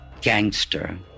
gangster